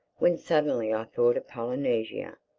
when suddenly i thought of polynesia.